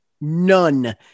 None